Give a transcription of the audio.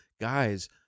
guys